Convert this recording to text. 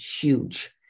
huge